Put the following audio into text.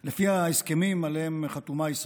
סגן שר הביטחון אלון שוסטר: לפי ההסכמים שעליהם חתומה ישראל,